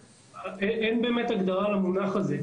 אין באמת הגדרה למונח הזה,